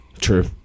True